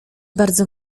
bardzo